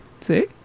See